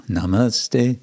Namaste